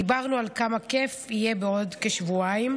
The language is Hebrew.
דיברנו על כמה כיף יהיה בעוד כשבועיים,